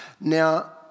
Now